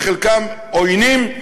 שחלקם עוינים,